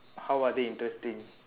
how are they interesting